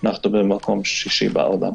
אנחנו במקום שישי בעולם.